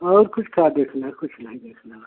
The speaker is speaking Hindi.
और कुछ का देखना कुछ नहीं देखना